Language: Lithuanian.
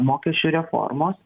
mokesčių reformos